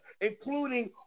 including